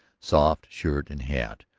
soft shirt, and hat,